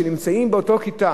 שנמצאים באותה כיתה